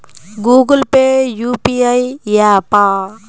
Google Pay UPI య్యాపా?